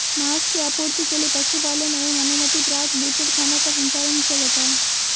माँस की आपूर्ति के लिए पशुपालन एवं अनुमति प्राप्त बूचड़खानों का संचालन किया जाता है